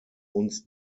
uns